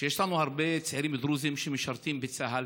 שיש לנו הרבה צעירים דרוזים שמשרתים בצה"ל,